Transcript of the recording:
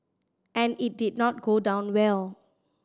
and it did not go down well